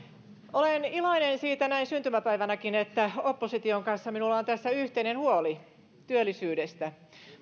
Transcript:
olen iloinen näin syntymäpäivänäkin että opposition kanssa minulla on yhteinen huoli työllisyydestä